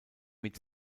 mit